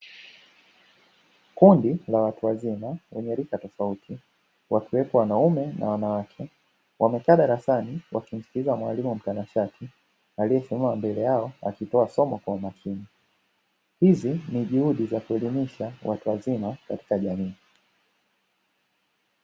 Kundi la watu wazima wenye rika tofauti wakiwepo wanaume na wanawake wamekaa darasani, wakimsikiliza mwalimu mtanashati aliyesimama mbele yao akitoa somo kwa umakini hizi ni juhudi za kuelimisha watu wazima katika jamii.